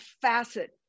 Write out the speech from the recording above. facet